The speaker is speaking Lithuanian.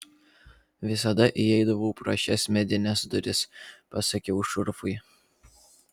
visada įeidavau pro šias medines duris pasakiau šurfui